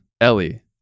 Ellie